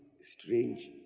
strange